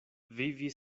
vivi